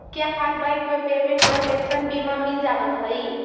क्या हर बैंक में पेमेंट प्रोटेक्शन बीमा मिल जावत हई